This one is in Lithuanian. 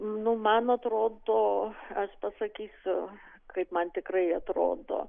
nu man atrodo aš pasakysiu kaip man tikrai atrodo